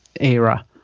era